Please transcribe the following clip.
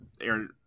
Aaron